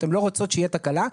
הן לא רוצות שתהיה תקלה,